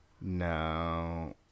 No